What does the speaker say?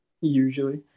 Usually